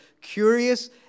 curious